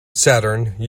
saturn